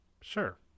Sure